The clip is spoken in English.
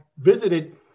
visited